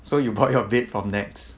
so you bought your bed from nex